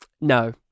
No